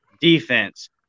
defense